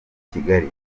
kigali